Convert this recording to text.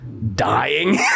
dying